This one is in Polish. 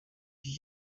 ich